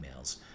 emails